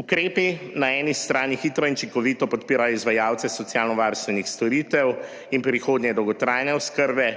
Ukrepi na eni strani hitro in učinkovito podpirajo izvajalce socialnovarstvenih storitev in prihodnje dolgotrajne oskrbe,